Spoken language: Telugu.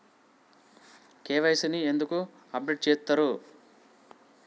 కే.వై.సీ ని ఎందుకు అప్డేట్ చేత్తరు?